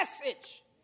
message